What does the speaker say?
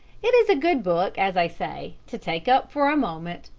it is a good book, as i say, to take up for a moment,